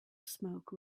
smoke